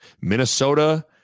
Minnesota